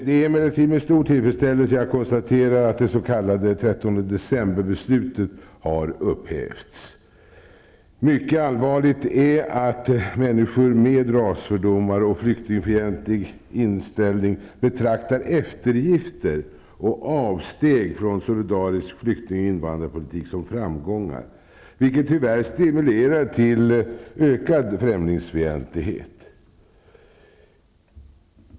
Det är emellertid med stor tillfredsställelse jag konstaterar att det s.k. 13 december-beslutet har upphävts. Mycket allvarligt är att människor med rasfördomar och en flyktingfientlig inställning betraktar eftergifter och avsteg från solidarisk flykting och invandrarpolitik som framgångar, vilket tyvärr stimulerar till ökad främlingsfientlighet.